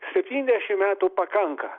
septyniasdešim metų pakanka